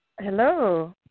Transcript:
Hello